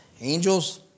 angels